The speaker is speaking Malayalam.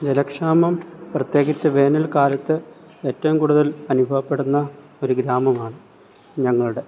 ജലക്ഷാമം പ്രത്യേകിച്ച് വേനൽകാലത്ത് ഏറ്റവും കൂടുതൽ അനുഭവപ്പെടുന്ന ഒരു ഗ്രാമമാണ് ഞങ്ങളുടെ